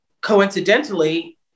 coincidentally